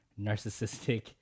narcissistic